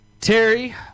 Terry